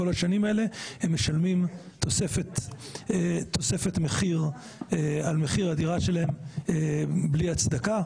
השנים האלה הם משלמים תוספת מחיר על מחיר הדירה שלהם בלי הצדקה,